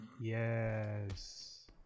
Yes